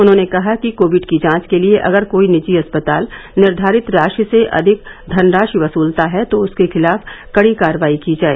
उन्होंने कहा कि कोविड की जांच के लिए अगर कोई निजी अस्पताल निर्धारित राशि से अधिक धनराशि वसूलता है तो उसके खिलाफ कड़ी कार्रवाई की जाए